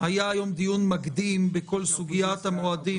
והיום היה דיון מקדים בכל סוגיית המועדים.